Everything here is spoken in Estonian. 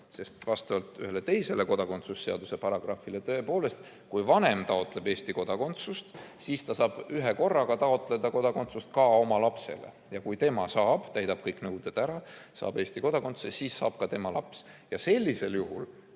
Vastavalt ühele teisele kodakondsuse seaduse paragrahvile tõepoolest, kui vanem taotleb Eesti kodakondsust, siis ta saab ühekorraga taotleda kodakondsust ka oma lapsele. Ja kui tema saab, täidab kõik nõuded ära, saab Eesti kodakondsuse, siis saab ka tema laps ja sellisel juhul